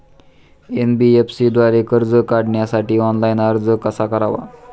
NBFC द्वारे कर्ज काढण्यासाठी ऑनलाइन अर्ज कसा करावा?